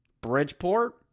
Bridgeport